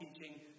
teaching